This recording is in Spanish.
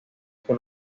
fue